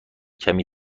کمی